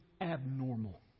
abnormal